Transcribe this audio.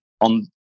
on